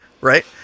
right